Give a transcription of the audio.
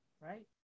right